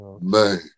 Man